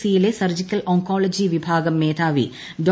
സിയിലെ surgical oncology വിഭാഗം മേധാവി ഡോ